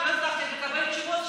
ולא הצלחתי לקבל תשובות,